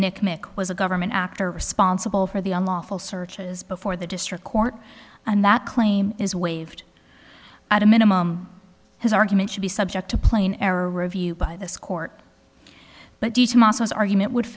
nick nick was a government actor responsible for the unlawful searches before the district court and that claim is waived at a minimum his argument should be subject to plain error review by this court but as argument would